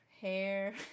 hair